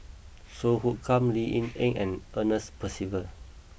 Song Hoot Kiam Lee Ying Yen and Ernest Percival